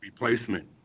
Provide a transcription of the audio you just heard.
replacement